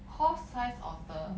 horse sized otter